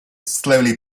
slowly